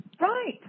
Right